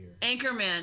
Anchorman